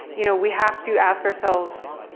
you know, we have to ask ourselves,